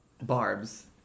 Barbs